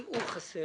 אם הוא חסר,